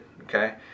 okay